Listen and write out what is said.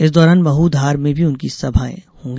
इस दौरान महू धार में भी उनकी सभाएं होंगी